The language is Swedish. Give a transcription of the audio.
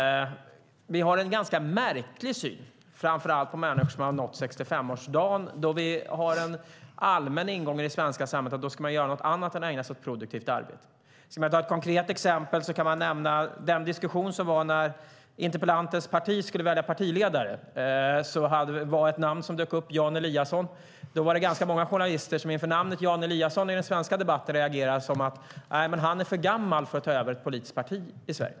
Vi har framför allt en ganska märklig syn på människor som har nått 65-årsdagen. Vi har den allmänna åsikten i det svenska samhället att då man ska göra något annat än att ägna sig åt produktivt arbete. Som konkret exempel kan nämnas den diskussion som förekom när interpellantens parti skulle välja partiledare. Ett namn som dök upp var Jan Eliasson. Det var ganska många journalister i den svenska debatten som inför namnet Jan Eliasson reagerade med att säga: Han är för gammal för att ta över ett politiskt parti i Sverige.